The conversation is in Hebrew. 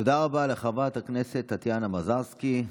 תודה רבה לחברת הכנסת טטיאנה מזרסקי.